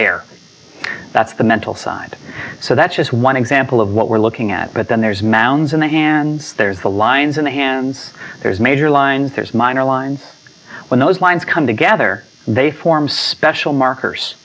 air that's the mental side so that's just one example of what we're looking at but then there's mounds in there and there's the lines in the hands there's major lines there's minor lines when those lines come together they form special markers